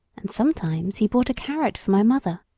and sometimes he brought a carrot for my mother.